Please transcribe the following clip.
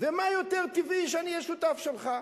ומה יותר טבעי שאני אהיה שותף שלך?